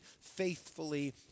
faithfully